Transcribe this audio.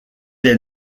est